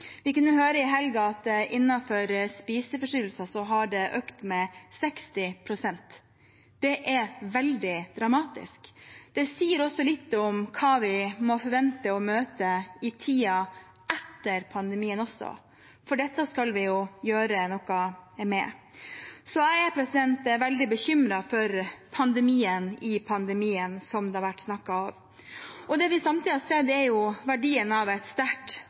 Vi kunne høre i helgen at innenfor spiseforstyrrelser har det økt med 60 pst. Det er veldig dramatisk. Det sier litt om hva vi må forvente å møte i tiden etter pandemien også, for dette skal vi gjøre noe med. Så er jeg veldig bekymret for pandemien i pandemien, som det har vært snakket om. Det vi samtidig ser, er verdien av et sterkt